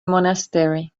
monastery